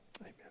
Amen